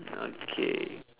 okay